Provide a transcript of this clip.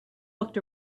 looked